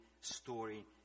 story